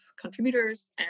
contributors